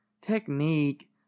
technique